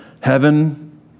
heaven